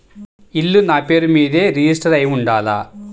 ఇల్లు నాపేరు మీదే రిజిస్టర్ అయ్యి ఉండాల?